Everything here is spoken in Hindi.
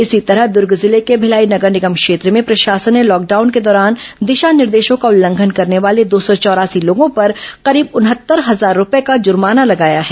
इसी तरह दुर्ग जिले के भिलाई नॅगर निगम क्षेत्र में प्रशासन ने लॉकडाउन के दौरान दिशा निर्देशों का उल्लंघन करने वाले दो सौ चौरासी लोगों पर करीब उनहत्तर हजार रूपये का जुर्माना लगाया है